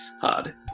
hard